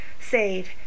save